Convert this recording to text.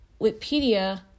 Wikipedia